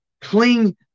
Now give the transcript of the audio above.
cling